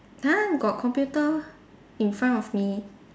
!huh! got computer in front of me